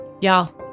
Y'all